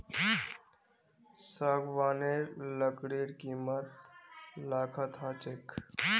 सागवानेर लकड़ीर कीमत लाखत ह छेक